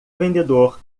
vendedor